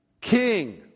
King